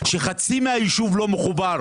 שחצי ממנו לא מחובר